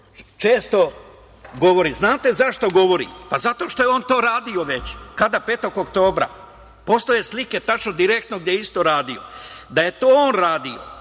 često govori. Znate li zašto govori? Pa zato što je on to radio već. Kada? Petog oktobra. Postoje slike tačno, direktno gde je isto radio. Da je to on radio